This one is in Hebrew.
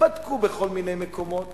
בדקו בכל מיני מקומות